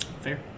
Fair